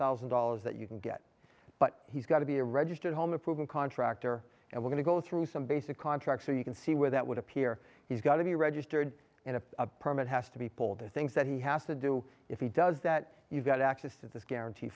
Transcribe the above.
thousand dollars that you can get but he's got to be a registered home improvement contractor and we're going to go through some basic contract so you can see where that would appear he's got to be registered in a permit has to be pulled the things that he has to do if he does that you've got access to this guarantee